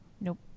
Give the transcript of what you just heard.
nope